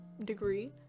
degree